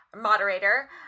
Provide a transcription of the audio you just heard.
moderator